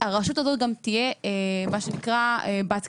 הרשות הזאת גם תהיה מה שנקרא בת קיימא.